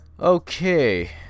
Okay